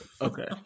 Okay